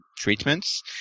treatments